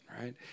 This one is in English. right